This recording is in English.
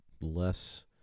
less